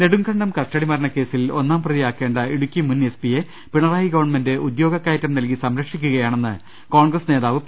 Nedumkandam custody മരണക്കേസിൽ ഒന്നാം പ്രതിയാക്കേണ്ട ഇടുക്കി മുൻ എസ്പിയെ പിണറായി ഗവൺമെന്റ് ഉദ്യോഗ കയറ്റും നൽകി സംരക്ഷിക്കുകയാണെന്ന് കോൺഗ്രസ് നേതാവ് പി